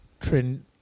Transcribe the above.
trend